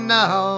now